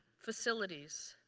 facilities.